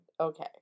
Okay